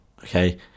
okay